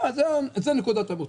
זו נקודת המוצא,